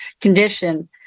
condition